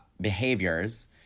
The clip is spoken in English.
Behaviors